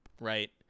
right